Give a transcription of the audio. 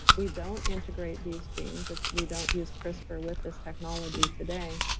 we don't integrate these genes. and we don't use crispr with this technology today.